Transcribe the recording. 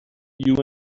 you